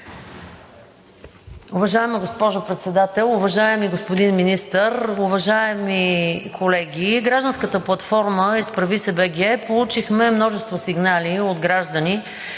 Уважаема госпожо Председател, уважаеми господин Министър, уважаеми колеги! В гражданската платформа „Изправи се БГ!“ получихме множество сигнали от граждани